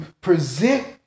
present